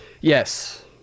Yes